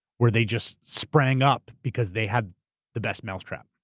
where they just sprang up because they had the best mousetrap.